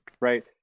Right